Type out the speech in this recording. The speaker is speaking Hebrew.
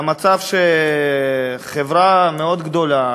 והמצב שחברה מאוד גדולה